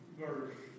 verse